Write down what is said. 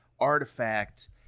artifact